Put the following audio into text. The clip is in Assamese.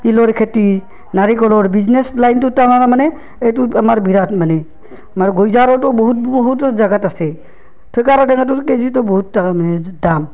তিলৰ খেতি নাৰিকলৰ বিজনেছ লাইনটোত তাৰমানে এইটোত আমাৰ বিৰাট মানে আমাৰ গইজাৰৰতো বহুত বহুতো জাগাত আছে থৈকাৰা টেঙাটোৰ কেজিতো বহুত টাকা মানে দাম